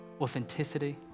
authenticity